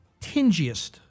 tingiest